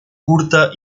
curta